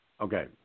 Okay